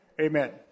Amen